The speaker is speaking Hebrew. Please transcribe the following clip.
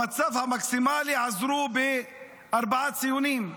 במצב המקסימלי עזרו בארבעה ציונים,